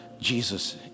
Jesus